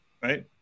right